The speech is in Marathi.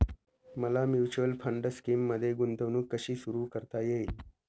मला म्युच्युअल फंड स्कीममध्ये गुंतवणूक कशी सुरू करता येईल?